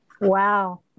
wow